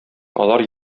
алар